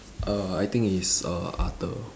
err I think it's err arthur